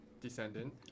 descendant